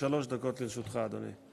שלוש דקות לרשותך, אדוני.